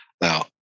Now